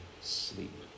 sleep